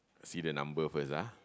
I see the number first ah